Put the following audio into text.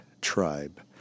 tribe